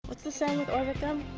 what's the saying with orbit gum?